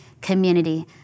community